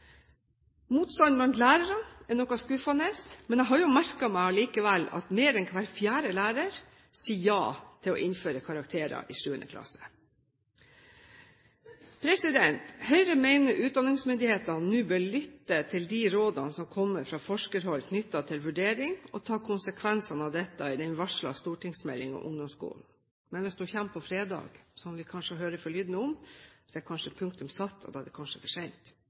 Motstanden blant lærere er noe skuffende, men jeg har likevel merket meg at mer enn hver fjerde lærer sier ja til å innføre karakterer i 7. klasse. Høyre mener utdanningsmyndighetene nå bør lytte til de rådene som kommer fra forskerhold knyttet til vurdering, og ta konsekvensene av dette i den varslede stortingsmeldingen om ungdomsskolen. Men hvis meldingen kommer på fredag, som vi hører forlydende om, er kanskje punktum satt og det er for sent. Da må Stortinget i så fall gjøre noe med det. For